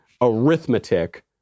arithmetic